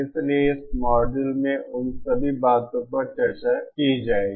इसलिए इस मॉड्यूल में उन सभी बातों पर चर्चा की जाएगी